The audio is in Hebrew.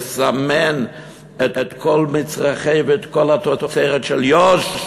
לסמן את כל המצרכים ואת כל התוצרת של יו"ש,